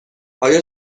آیا